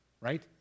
right